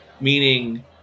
Meaning